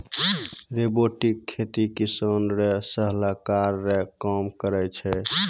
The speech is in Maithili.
रोबोटिक खेती किसान रो सलाहकार रो काम करै छै